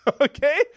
okay